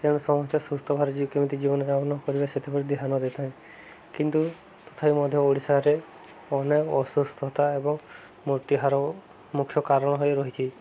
ତେଣୁ ସମସ୍ତେ ସୁସ୍ଥ କେମିତି ଜୀବନଯାପନ କରିବା ସେଥିପାଇଁ ଧ୍ୟାନ ଦେଇଥାଏ କିନ୍ତୁ ତଥାପି ମଧ୍ୟ ଓଡ଼ିଶାରେ ଅନେକ ଅସୁସ୍ଥତା ଏବଂ ମୃତ୍ୟୁ ହାର ମୁଖ୍ୟ କାରଣ ହୋଇ ରହିଛି